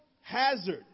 hazard